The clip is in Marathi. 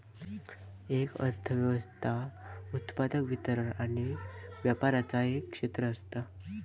एक अर्थ व्यवस्था उत्पादन, वितरण आणि व्यापराचा एक क्षेत्र असता